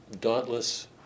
dauntless